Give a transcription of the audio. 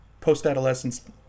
post-adolescence